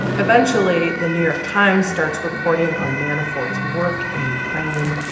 eventually, the new york times starts reporting on manafort's work in ukraine,